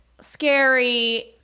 scary